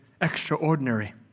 extraordinary